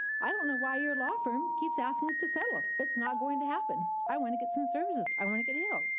i don't know why your law firm keeps asking us to settle. ah it's not going to happen. i want to get some services. i want to get healed.